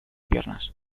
piernas